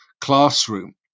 classroom